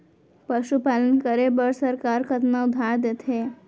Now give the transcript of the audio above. पशुपालन करे बर सरकार कतना उधार देथे?